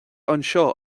anseo